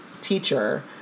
teacher